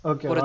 Okay